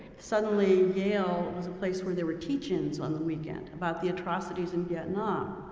suddenly, yale is a place where there were teach-ins on the weekend about the atrocities in vietnam.